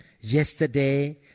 yesterday